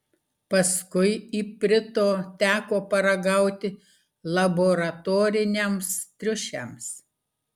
paskui iprito teko paragauti laboratoriniams triušiams